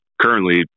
currently